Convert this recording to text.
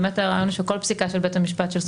הרעיון הוא שבכל פסיקה של בית המשפט שיש